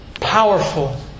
powerful